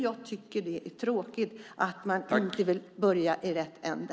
Jag tycker att det är tråkigt att man inte vill börja i rätt ända.